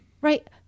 Right